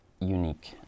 unique